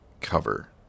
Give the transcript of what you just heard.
cover